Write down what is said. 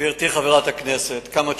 גברתי חברת הכנסת, כמה תשובות.